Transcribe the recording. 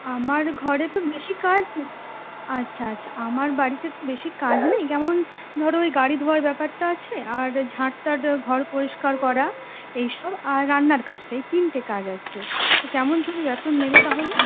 আমার ঘরে তো বেশি কাজ নেই আচ্ছা আচ্ছা আমার বাড়িতে তো বেশি কাজ নেই যেমন ধরো ওই গাড়ি ধোওয়ার ব্যাপারটা আছে আর ঝাঁট টাত ঘর পরিষ্কার করা এইসব আর রান্নার কাজটা এই তিনটে কাজ আছে তো কেমন তুমি বেতন নেবে তাহলে